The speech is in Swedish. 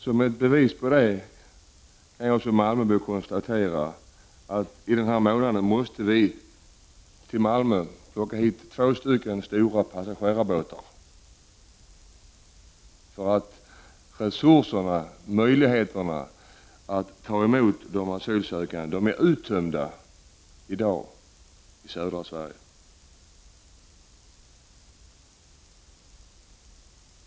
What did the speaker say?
Som bevis på detta kan jag som malmöbo konstatera att Malmö denna månad måste ta in två stora passagerarbåtar därför att resurserna och möjligheterna att ta emot de asylsökande är uttömda i södra Sverige.